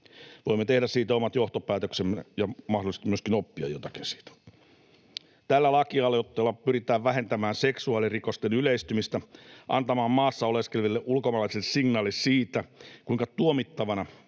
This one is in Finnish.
Voimme tehdä siitä omat johtopäätöksemme ja mahdollisesti myöskin oppia jotakin siitä. Tällä lakialoitteella pyritään vähentämään seksuaalirikosten yleistymistä, antamaan maassa oleskeleville ulkomaalaisille signaali siitä, kuinka tuomittavana